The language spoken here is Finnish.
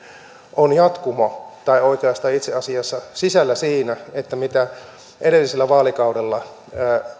on jatkumo tai oikeastaan itse asiassa sisällä siinä mitä edellisellä vaalikaudella